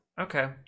Okay